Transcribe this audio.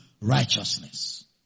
righteousness